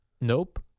Nope